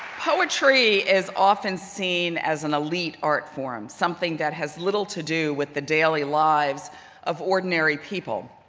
poetry is often seen as an elite art form, something that has little to do with the daily lives of ordinary people.